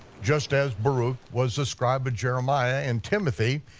just as baruch was the scribe of jeremiah and timothy,